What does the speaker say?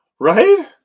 Right